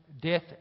death